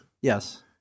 Yes